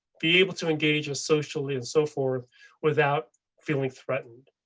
be able to engage a socially and so forth without feeling threatened.